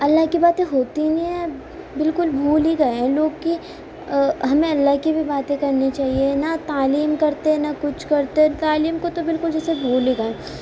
اللہ کی باتیں ہوتی ہی نہیں ہیں بالکل بھول ہی گیے ہیں لوگ کہ ہمیں اللہ کی بھی باتیں کرنی چاہیے نہ تعلیم کرتے نہ کچھ کرتے تعلیم کو تو بالکل جیسے بھول ہی گیے ہیں